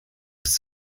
bist